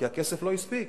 כי הכסף לא הספיק.